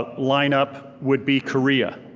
ah line up would be korea.